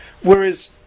whereas